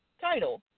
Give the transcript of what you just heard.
title